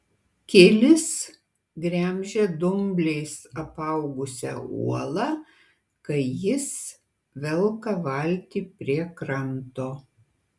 kilis gremžia dumbliais apaugusią uolą kai jis velka valtį prie kranto